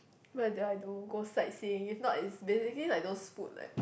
where did I do go sightseeing if not is basically like those food left